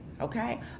Okay